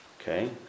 Okay